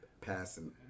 passing